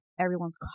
everyone's